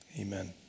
Amen